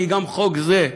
כי גם חוק זה,